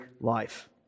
life